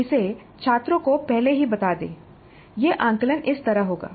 और इसे छात्रों को पहले ही बता दें यह आकलन इस तरह होगा